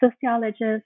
sociologists